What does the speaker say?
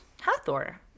Hathor